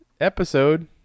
episode